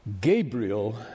Gabriel